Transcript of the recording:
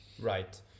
Right